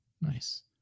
Nice